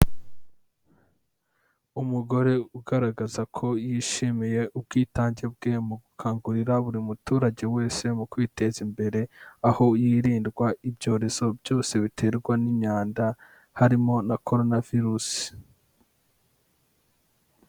Umugore ugaragaza ko yishimiye ubwitange bwe mu gukangurira buri muturage wese mu kwiteza imbere aho yirindwa ibyorezo byose biterwa n'imyanda harimo na corona virus.